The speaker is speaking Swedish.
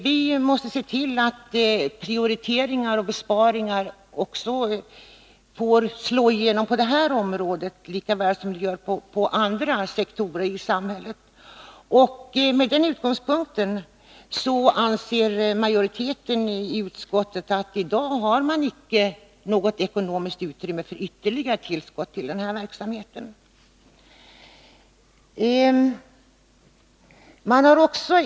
Vi måste se till att prioriteringar och besparingar får slå igenom också på detta område, lika väl som inom andra sektorer av samhället. Med den utgångspunkten anser utskottets majoritet att det i dag inte finns något ekonomiskt utrymme Nr 120 för ytterligare tillskott till denna verksamhet.